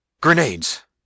Grenades